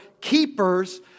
keepers